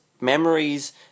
memories